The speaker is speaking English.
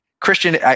Christian